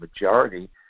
majority